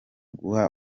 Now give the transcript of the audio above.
guha